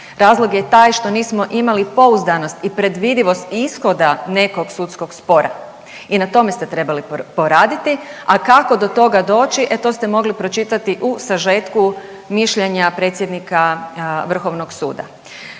Razlog je taj što nismo imali pouzdanost i predvidivost ishoda nekog sudskog spora i na tome ste trebali poraditi, a kako do toga doći, e to ste mogli pročitati u sažetku mišljenja predsjednika Vrhovnog suda.